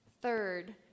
Third